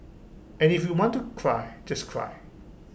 and if you want to cry just cry